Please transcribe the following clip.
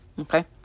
okay